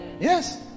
yes